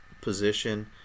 position